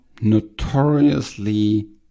notoriously